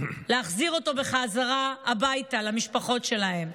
בחזרה הביתה למשפחות שלהם,